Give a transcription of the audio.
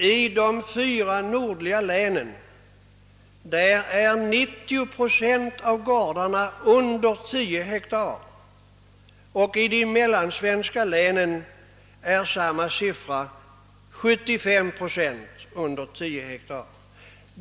I de fyra nordligaste länen är 90 procent av gårdarna på mindre än 10 hektar, medan i de mellansvenska länen 75 procent av gårdarna ligger under 10 hektar.